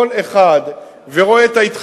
כשכל אחד רואה את הדברים האלה,